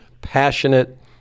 passionate